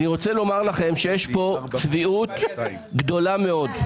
אני רוצה לומר לכם שיש פה צביעות גדולה מאוד.